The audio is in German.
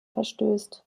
verstößt